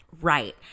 Right